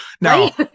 Now